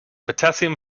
potassium